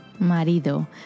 Marido